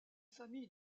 famille